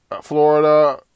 Florida